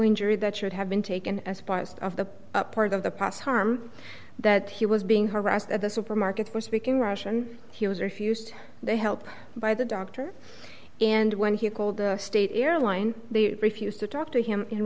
injury that should have been taken as biased of the part of the past harm that he was being harassed at the supermarket for speaking russian he was refused they help by the dr and when he called the state airline they refused to talk to him in